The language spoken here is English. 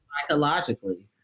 psychologically